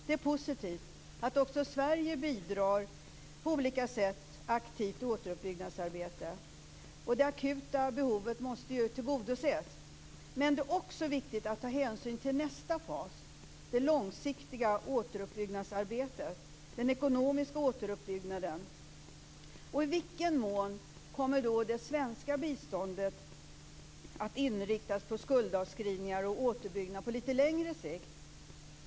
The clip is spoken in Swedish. Det är positivt att också Sverige på olika sätt bidrar aktivt i återuppbyggnadsarbetet. Det akuta behovet måste tillgodoses. Men det är också viktigt att ta hänsyn till nästa fas: det långsiktiga återuppbyggnadsarbetet, den ekonomiska återuppbyggnaden. I vilken mån kommer då det svenska biståndet att inriktas på skuldavskrivningar och återuppbyggnad på litet längre sikt?